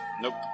nope